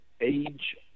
age